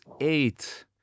eight